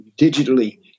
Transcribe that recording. digitally